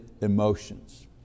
emotions